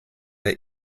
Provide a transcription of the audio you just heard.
der